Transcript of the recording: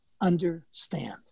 understand